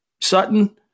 Sutton